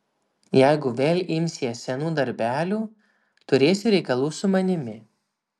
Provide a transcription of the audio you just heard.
jeigu vėl imsies senų darbelių turėsi reikalų su manimi